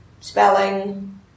spelling